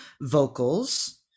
vocals